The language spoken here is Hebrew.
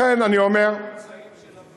מה הממצאים של הבדיקה?